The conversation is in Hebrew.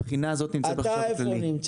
הבחינה הזו נמצאת בחשב הכללי.